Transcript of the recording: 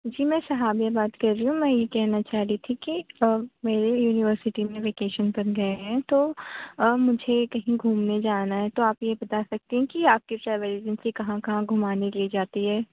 جی میں سہامیہ بات کر رہی ہوں میں یہ کہنا چاہ رہی تھی کہ میرے یونیورسٹی میں وکیشن بن گئے ہیں تو آ مجھے کہیں گھومنے جانا ہے تو آپ یہ بتا سکتی ہیں کہ آپ کے ٹریول ایجنسی کہاں کہاں گھمانے لے جاتی ہے